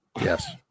Yes